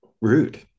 rude